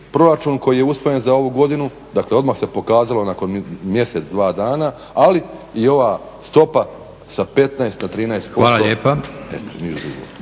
proračun koji je usvojen za ovu godinu. Dakle, odmah se pokazalo nakon mjesec, dva dana ali i ova stopa sa 15 na 13%. Eto ništa